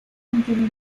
contiene